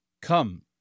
come